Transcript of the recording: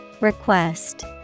Request